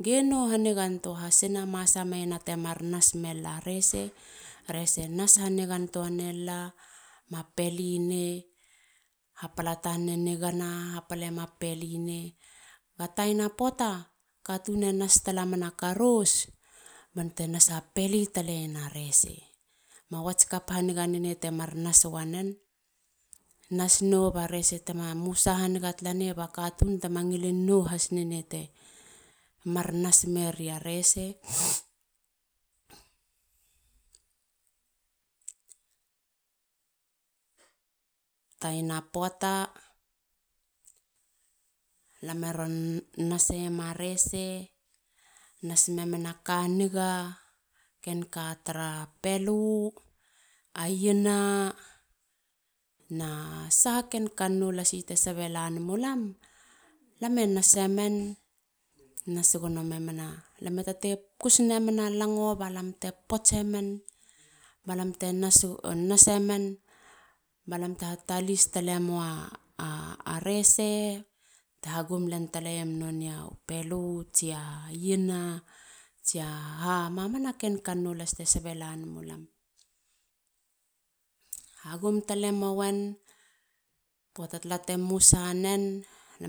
Ge nou hanigantua hasina. masa meiena te mar nas mel la rese. rese nas ha nigantua